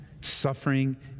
Suffering